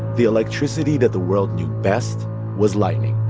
the electricity that the world knew best was lightning,